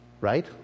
Right